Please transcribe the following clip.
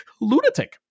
lunatic